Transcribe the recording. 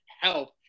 help